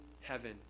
heaven